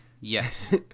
yes